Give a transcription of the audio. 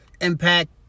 impact